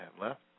left